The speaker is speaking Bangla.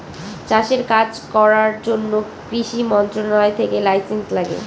চাষের কাজ করার জন্য কৃষি মন্ত্রণালয় থেকে লাইসেন্স লাগে